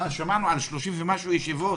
שמענו על 30 ומשהו ישיבות